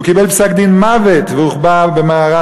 הוא קיבל פסק-דין מוות והוחבא במערה